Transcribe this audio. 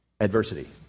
adversity